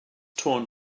torn